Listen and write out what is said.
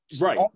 right